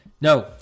No